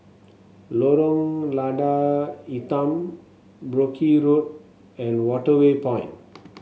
Lorong Lada Hitam Brooke Road and Waterway Point